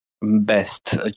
best